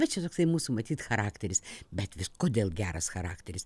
bet čia toksai mūsų matyt charakteris bet kodėl geras charakteris